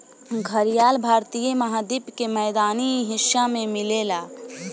घड़ियाल भारतीय महाद्वीप के मैदानी हिस्सा में मिलेला